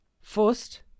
First